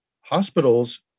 hospitals